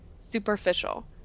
superficial